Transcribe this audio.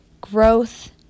growth